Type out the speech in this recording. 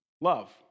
Love